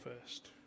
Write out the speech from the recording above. first